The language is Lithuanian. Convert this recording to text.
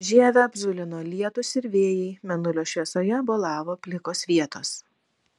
žievę apzulino lietūs ir vėjai mėnulio šviesoje bolavo plikos vietos